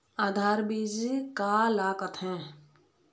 आधार बीज का ला कथें?